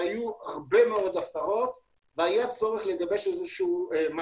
היו הרבה מאוד הפרות והיה צורך לגבש מנגנון